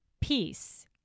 peace